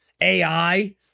AI